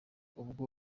ubwo